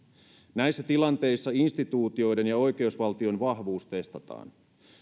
näissä tilanteissa instituutioiden ja oikeusvaltion vahvuus testataan